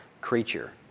creature